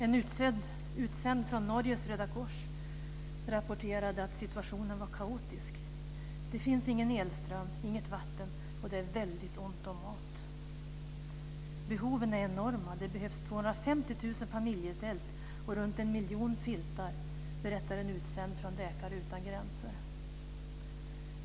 En utsänd från Röda Korset i Norge rapporterade att situationen var kaotisk. Det finns ingen elström, inget vatten och det är väldigt ont om mat. Behoven är enorma. Det behövs 250 000 familjetält och runt en miljon filtar, berättar en utsänd från Läkare utan gränser.